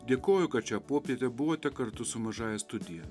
dėkoju kad šią popietę buvote kartu su mažąja studija